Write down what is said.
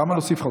כמה להוסיף לך?